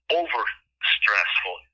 over-stressful